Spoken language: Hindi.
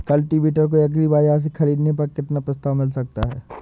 कल्टीवेटर को एग्री बाजार से ख़रीदने पर कितना प्रस्ताव मिल सकता है?